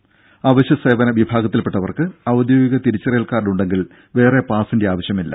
ബെഹ്റ അവശ്യ സേവന വിഭാഗത്തിൽപ്പെട്ടവർക്ക് ഔദ്യോഗിക തിരിച്ചറിയൽ കാർഡ് ഉണ്ടെങ്കിൽ വേറെ പാസ്സിന്റെ ആവശ്യമില്ല